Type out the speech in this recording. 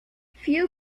few